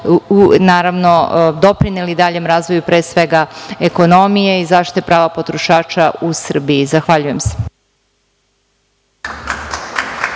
naravno, doprineli daljem razvoju pre svega ekonomije i zaštite prava potrošača u Srbiji. Zahvaljujem se.